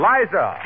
Liza